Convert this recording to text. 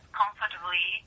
comfortably